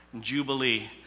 Jubilee